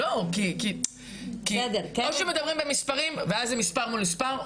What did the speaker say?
כי או שמדברים במספרים ואז זה מספר מול מספר,